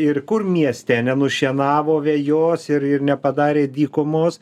ir kur mieste nenušienavo vejos ir ir nepadarė dykumos